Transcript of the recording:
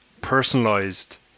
personalized